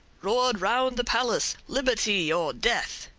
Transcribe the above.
roared around the palace liberty or death!